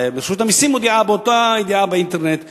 ורשות המסים מודיעה באותה ידיעה באינטרנט אתמול,